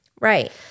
Right